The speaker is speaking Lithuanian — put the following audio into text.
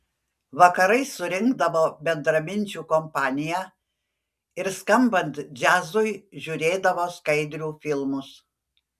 vakarais surinkdavo bendraminčių kompaniją ir skambant džiazui žiūrėdavo skaidrių filmus